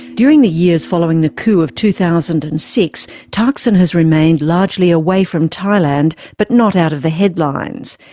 during the years following the coup of two thousand and six, thaksin has remained largely away from thailand but not out of the headlines.